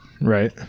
Right